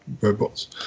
robots